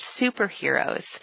superheroes